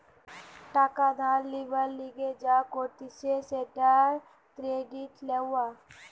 টাকা ধার লিবার লিগে যা করতিছে সেটা ক্রেডিট লওয়া